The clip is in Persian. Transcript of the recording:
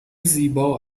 زیبا